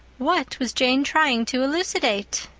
what was jane trying to elucidate?